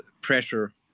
pressure